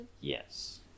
Yes